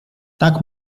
tak